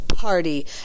party